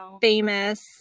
famous